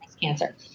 cancer